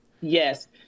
Yes